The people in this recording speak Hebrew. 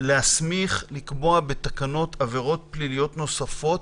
להסמיך לקבוע בתקנות עבירות פליליות נוספות,